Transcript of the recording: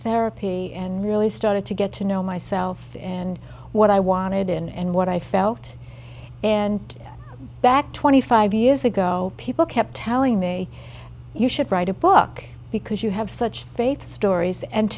therapy and really started to get to know myself and what i wanted and what i felt and back twenty five years ago people kept telling me you should write a book because you have such faith stories and